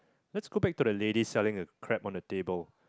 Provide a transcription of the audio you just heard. let's go back to the lady selling a crab on the table